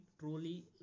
truly